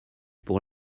pour